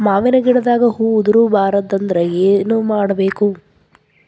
ಮಾವಿನ ಗಿಡದಾಗ ಹೂವು ಉದುರು ಬಾರದಂದ್ರ ಏನು ಮಾಡಬೇಕು?